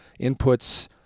Inputs